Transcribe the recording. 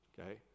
okay